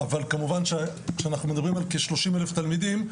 אבל כמובן כשאנחנו מדברים על כ-30,000 תלמידים,